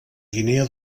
guinea